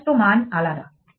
সমস্ত মান আলাদা